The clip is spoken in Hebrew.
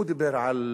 הוא דיבר על